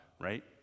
right